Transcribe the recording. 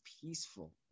peaceful